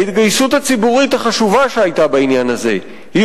ההתגייסות הציבורית החשובה שהיתה בעניין הזה היא